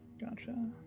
Gotcha